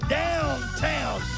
downtown